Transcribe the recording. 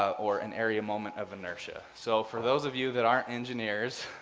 or an area moment of inertia. so for those of you that aren't engineers,